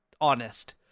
honest